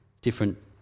different